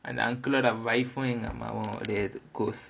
அந்த:andha uncle ஓட:oda wife um எங்க அம்மாவும் ஒரே இது:enga ammavum orae idhu course